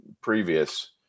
previous